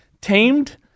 tamed